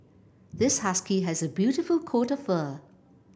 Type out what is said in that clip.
this husky has a beautiful coat of fur